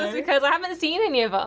um because i haven't seen any of ah